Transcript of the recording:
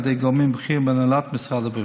על ידי גורמים בכירים בהנהלת משרד הבריאות.